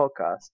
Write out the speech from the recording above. podcast